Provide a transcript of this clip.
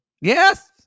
Yes